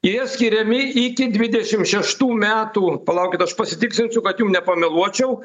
jie skiriami iki dvidešimt šeštų metų palaukit aš pasitikslinsiu kad jum nepameluočiau